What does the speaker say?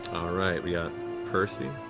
right, we got percy,